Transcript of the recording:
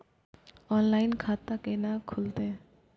Online खाता केना खुलते?